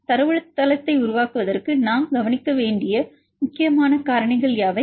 தரவுத்தளத்தை உருவாக்குவதற்கு நாம் கவனிக்க வேண்டிய முக்கியமான காரணிகள் யாவை